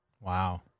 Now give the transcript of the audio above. Wow